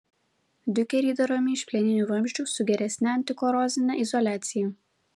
diukeriai daromi iš plieninių vamzdžių su geresne antikorozine izoliacija